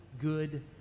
good